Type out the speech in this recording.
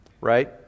right